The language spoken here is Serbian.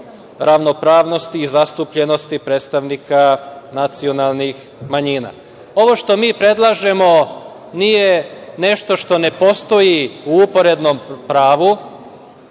ravnopravnosti i zastupljenosti predstavnika nacionalnih manjina. Ono što mi predlažemo nije nešto što ne postoji u uporednom pravu.